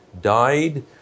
died